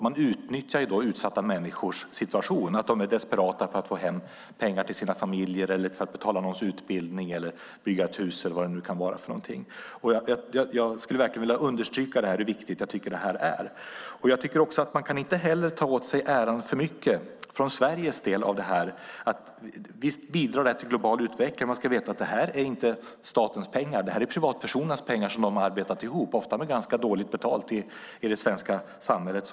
Man utnyttjar utsatta människors situation, att de är desperata och vill skicka hem pengar till sina familjer, för att betala någons utbildning, bygga ett hus eller vad det nu kan vara. Jag vill verkligen understryka hur viktigt jag tycker att det här är. Jag tycker inte heller att Sverige kan ta åt sig så mycket av äran för detta. Visst bidrar det här till global utveckling, men man ska veta att det här inte är statens pengar. Det är privatpersoners pengar som de har arbetat ihop, ofta med ganska dåligt betalt, i det svenska samhället.